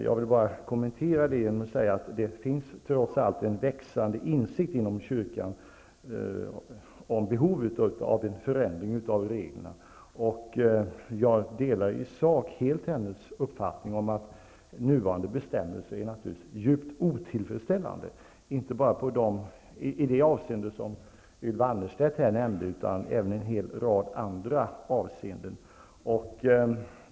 Jag vill bara kommentera det genom att säga att det inom kyrkan trots allt finns en växande insikt om behovet av en förändring av reglerna. Jag delar i sak helt hennes uppfattning att nuvarande bestämmelser är djupt otillfredsställande. Det gäller inte bara i det avseende som Ylva Annerstedt nyss nämnde utan även i en hel rad andra avseenden.